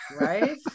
right